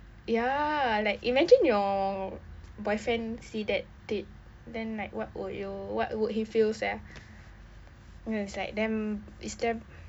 ya like imagine your boyfriend see that tweet then like what would you what would he feel sia so it's like damn it's damn